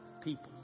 people